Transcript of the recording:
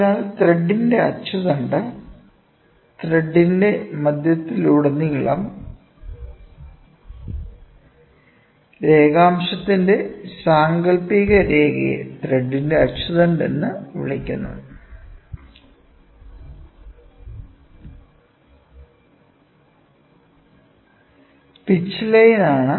അതിനാൽ ത്രെഡിന്റെ അച്ചുതണ്ട് ത്രെഡിന്റെ മധ്യത്തിലുടനീളം രേഖാംശത്തിന്റെ സാങ്കൽപ്പിക രേഖയെ ത്രെഡിന്റെ അച്ചുതണ്ട് എന്ന് വിളിക്കുന്നു പിച്ച് ലൈനാണ്